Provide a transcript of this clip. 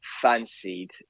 fancied